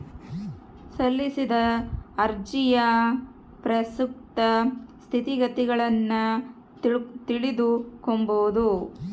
ಸಲ್ಲಿಸಿದ ಅರ್ಜಿಯ ಪ್ರಸಕ್ತ ಸ್ಥಿತಗತಿಗುಳ್ನ ತಿಳಿದುಕೊಂಬದು